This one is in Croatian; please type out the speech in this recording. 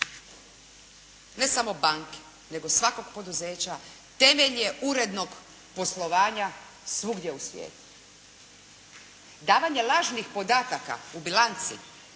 ne samo banke, nego svakog poduzeća temelj je urednog poslovanja svugdje u svijetu. Davanje lažnih podataka u bilanci